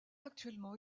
actuellement